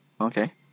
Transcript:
Okay